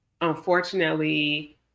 Unfortunately